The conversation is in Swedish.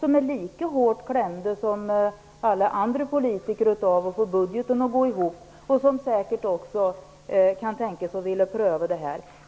De är lika hårt klämda som andra politiker av att få budgeten att gå ihop och kan säkert också tänka sig att vilja pröva detta.